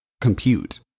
compute